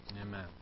Amen